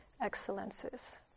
excellences